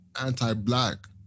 anti-black